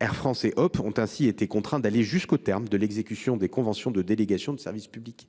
Air France et HOP ! ont ainsi été contraints d’aller jusqu’au terme de l’exécution des conventions de délégation de service public.